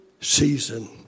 season